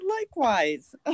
likewise